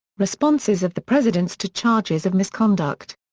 responses of the presidents to charges of misconduct.